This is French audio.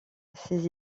ces